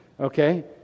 okay